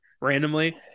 randomly